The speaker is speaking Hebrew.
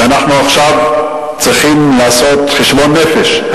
ועכשיו אנחנו צריכים לעשות חשבון נפש,